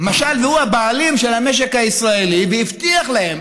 משל הוא הבעלים של המשק הישראלי, והבטיח להם,